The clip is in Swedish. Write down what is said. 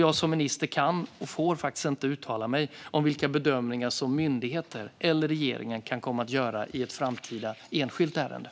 Jag som minister kan och får inte uttala mig om vilka bedömningar som myndigheter eller regeringen kan komma att göra i ett framtida enskilt ärende.